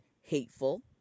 hateful